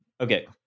Okay